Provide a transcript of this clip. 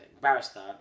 barrister